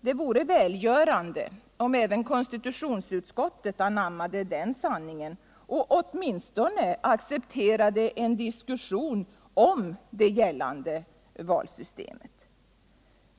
Det vore välgörande om även konstitutionsutskottet anammade denna sanning och åtminstone accepterade en diskussion om det gällande valsystemet.